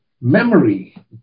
memory